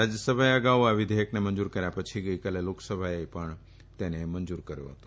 રાજયસભાએ અગાઉ આ વિઘેયકને મંજર કર્યા પછી ગઇકાલે લોકસભાએ પણ તેને મંજુર કર્યુ હતું